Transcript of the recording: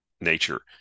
nature